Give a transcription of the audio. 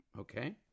Okay